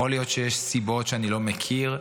יכול להיות שיש סיבות שאני לא מכיר.